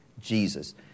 Jesus